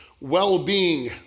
well-being